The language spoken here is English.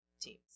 teams